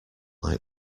like